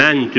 a j